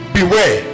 Beware